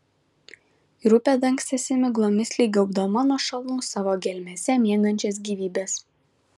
ir upė dangstėsi miglomis lyg gaubdama nuo šalnų savo gelmėse miegančias gyvybes